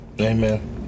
amen